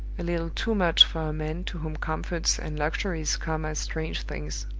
a little too much for a man to whom comforts and luxuries come as strange things.